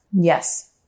Yes